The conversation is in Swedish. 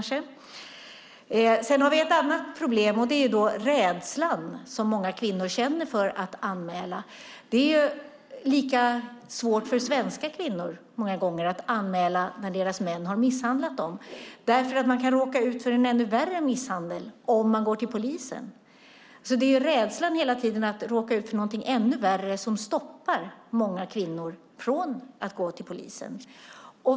Sedan finns ett annat problem, nämligen rädslan som många kvinnor känner för att anmäla. Det är lika svårt för svenska kvinnor att anmäla när deras män har misshandlat dem därför att de kan råka ut för en ännu värre misshandel om de går till polisen. Det är rädslan för att råka ut för något ännu värre som stoppar många kvinnor från att gå till polisen.